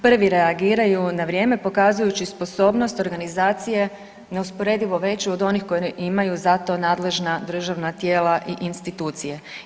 Prvi reagiraju na vrijeme pokazujući sposobnost organizacije neusporedivo veću od onih koji imaju za to nadležna državna tijela i institucije.